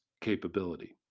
capability